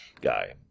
guy